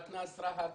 מתנ"ס רהט,